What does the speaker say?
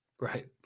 Right